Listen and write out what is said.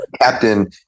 captain